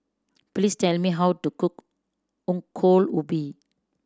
please tell me how to cook Ongol Ubi